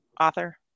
author